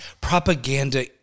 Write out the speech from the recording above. Propaganda